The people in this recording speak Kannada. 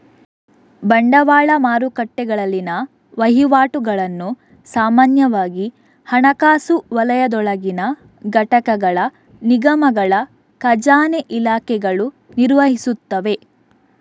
ಬಂಡವಾಳ ಮಾರುಕಟ್ಟೆಗಳಲ್ಲಿನ ವಹಿವಾಟುಗಳನ್ನು ಸಾಮಾನ್ಯವಾಗಿ ಹಣಕಾಸು ವಲಯದೊಳಗಿನ ಘಟಕಗಳ ನಿಗಮಗಳ ಖಜಾನೆ ಇಲಾಖೆಗಳು ನಿರ್ವಹಿಸುತ್ತವೆ